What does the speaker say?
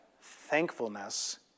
thankfulness